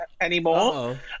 anymore